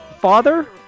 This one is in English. father